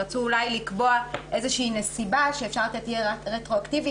רצו אולי לקבוע איזושהי נסיבה שאפשר יהיה לתת רטרואקטיבי